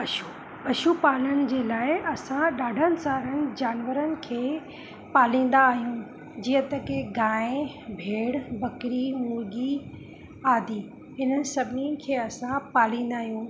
पशु पशु पालनि जे लाइ असां डाढनि सारनि जानवरनि खे पालींदा आहियूं जीअं त की गाहिं भेड़ बकरी मुर्गी आदि हिननि सभिनी खे असां पालींदा आहियूं